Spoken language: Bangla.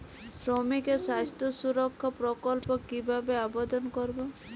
শ্রমিকের স্বাস্থ্য সুরক্ষা প্রকল্প কিভাবে আবেদন করবো?